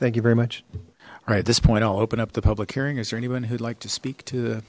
thank you very much all right at this point i'll open up the public hearing is there anyone who'd like to speak to